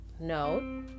no